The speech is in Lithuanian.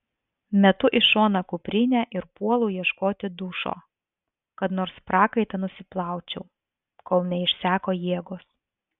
metu į šoną kuprinę ir puolu ieškoti dušo kad nors prakaitą nusiplaučiau kol neišseko jėgos